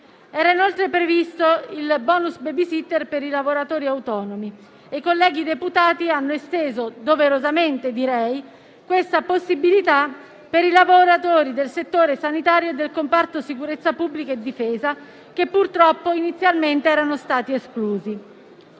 Era inoltre previsto il bonus *babysitter* per i lavoratori autonomi; i colleghi deputati hanno esteso - doverosamente, direi - questa possibilità ai lavoratori del settore sanitario e del comparto sicurezza pubblica e difesa, che purtroppo inizialmente erano stati esclusi.